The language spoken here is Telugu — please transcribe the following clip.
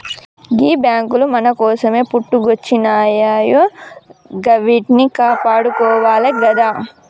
గీ బాంకులు మన కోసమే పుట్టుకొచ్జినయాయె గివ్విట్నీ కాపాడుకోవాలె గదా